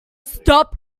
stop